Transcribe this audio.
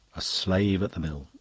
a slave at the mill,